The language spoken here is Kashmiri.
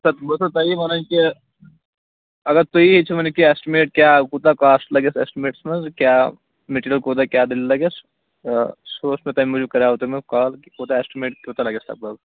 سر بہٕ اوسُس تۄہہِ یہِ وَنان کہِ اگر تُہی ؤنِو کیٛاہ ایٚسٹِمیٹ کیٛاہ کوٗتاہ کاسٹ لَگیٚس ایٚسٹِمیٹس منٛز کیٛاہ مِٹیٖرِیَل کوٗتاہ کیٛاہ دٔلیٖل لگیٚس سُہ اوس مےٚ تَمہِ موٗجوٗب کَرے مےٚ تۄہہِ کال کہِ کوٗتاہ ایٚسٹِمیٹ کوٗتاہ لگیٚس لَگ بگ